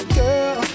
girl